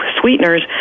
sweeteners